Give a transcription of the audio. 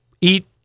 eat